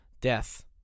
death